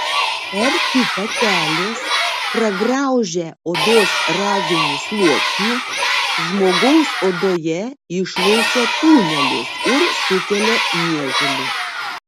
erkių patelės pragraužę odos raginį sluoksnį žmogaus odoje išrausia tunelius ir sukelia niežulį